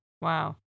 Wow